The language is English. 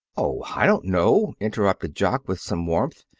oh, i don't know, interrupted jock, with some warmth,